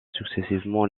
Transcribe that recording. successivement